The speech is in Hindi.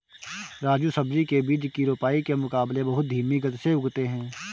राजू सब्जी के बीज रोपाई के मुकाबले बहुत धीमी गति से उगते हैं